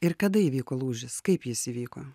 ir kada įvyko lūžis kaip jis įvyko